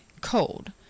cold